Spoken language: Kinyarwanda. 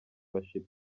worship